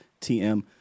TM